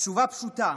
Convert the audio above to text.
התשובה פשוטה: